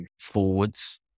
forwards